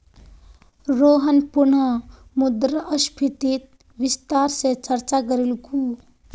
रोहन पुनः मुद्रास्फीतित विस्तार स चर्चा करीलकू